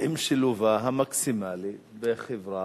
עם שילובה המקסימלי בחברה.